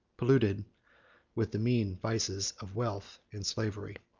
polluted with the mean vices of wealth and slavery.